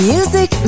Music